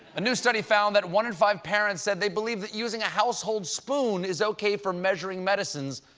a new study found that one in five parents said they believe that using a household spoon is ok for measuring medicines,